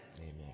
Amen